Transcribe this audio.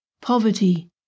poverty